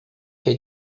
que